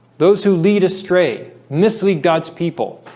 those who lead astray mislead god's people.